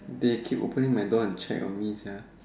they keep opening my door and check on me sia